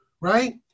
right